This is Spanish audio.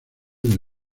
del